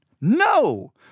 no